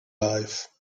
life